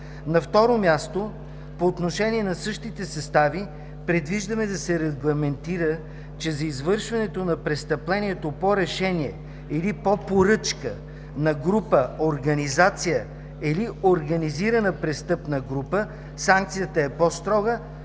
На второ място, по отношение на същите състави предвиждаме да се регламентира, че за извършване на престъплението по решение или по поръчка на група, организация или организирана престъпна група санкцията е по-строга,